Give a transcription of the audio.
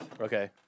Okay